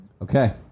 Okay